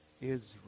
Israel